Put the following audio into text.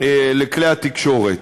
לכלי התקשורת.